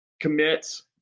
commits